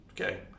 okay